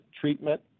treatment